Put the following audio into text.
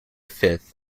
fifth